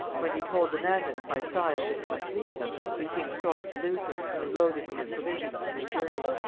when he told the mandans by signs that he must leave them, they seemed sorry to lose him, and loaded him with provisions for his journey.